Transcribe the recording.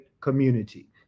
community